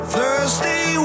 Thursday